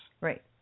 Right